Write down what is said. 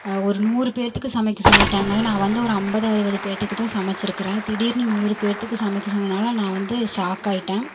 ஒரு நூறு பேர்த்துக்கு சமைக்க சொல்லிட்டாங்கள் நான் வந்து ஒரு ஐம்பது அறுபது பேர்த்துக்கு தான் சமைச்சிருக்கிறேன் திடீர்னு நூறு பேர்த்துக்கு சமைக்க சொன்னதால நான் வந்து ஷாக் ஆகிட்டேன்